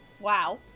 Wow